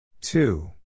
two